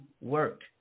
work